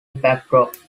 backdrop